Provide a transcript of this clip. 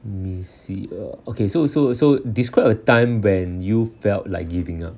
me see uh okay so uh so uh so uh describe a time when you felt like giving up